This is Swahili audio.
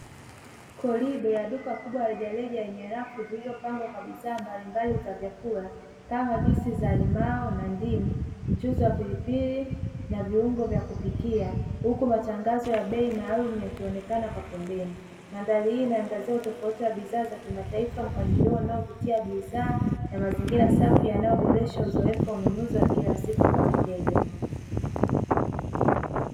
Korido ya duka kubwa la rejareja lenye rafu zilizopangwa kwa bidhaa mbalimbali za vyakula kama juisi za limao na ndimu, mchuzi wa pilipili, na viungo vya kupikia, huku matangazo ya bei maalumu yakionekana kwa pembeni. Mandhari hii inaangaziwa tofauti ya bidhaa za kimataifa, mpangilio unaovutia bidhaa, na mazingira safi yanayoboresha uzoefu wa ununuzi wa kila siku kwa wateja.